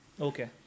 Okay